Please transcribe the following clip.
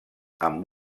amb